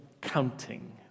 counting